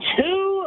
two